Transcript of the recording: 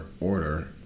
order